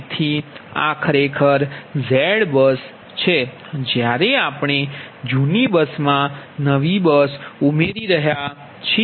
તેથી આ ખરેખર ZBUS છે જ્યારે આપણે જૂની બસમાં નવી બસ ઉમેરી રહ્યા છીએ